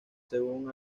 según